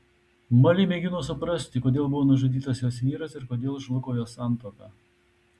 molė mėgino suprasti kodėl buvo nužudytas jos vyras ir kodėl žlugo jos santuoka